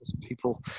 people